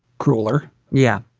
crueler yeah.